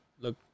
Look